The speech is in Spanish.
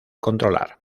controlar